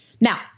Now